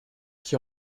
qui